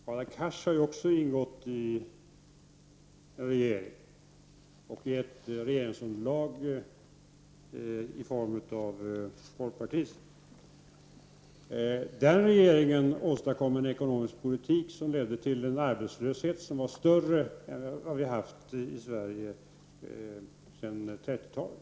Herr talman! Hadar Cars har ju också ingått i en regering och i ett regeringsunderlag — i egenskap av folkpartist. Den regeringen åstadkom en eko nomisk politik som ledde till en arbetslöshet som var högre än vad vi haft i Sverige sedan 30-talet.